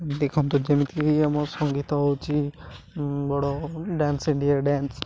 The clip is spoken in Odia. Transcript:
ଦେଖନ୍ତୁ ଯେମିତିକି ଆମ ସଙ୍ଗୀତ ହେଉଛି ବଡ଼ ଡ୍ୟାନ୍ସ ଇଣ୍ଡିଆ ଡ୍ୟାନ୍ସ